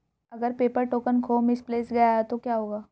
अगर paper token खो misplaced गया तो क्या होगा?